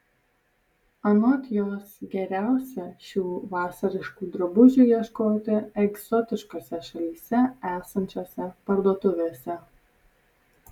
anot jos geriausia šių vasariškų drabužių ieškoti egzotiškose šalyse esančiose parduotuvėse